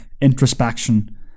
introspection